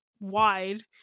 wide